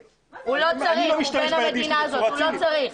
אתה משתמש בילדים שלך בצורה צינית ?